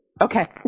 Okay